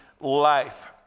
life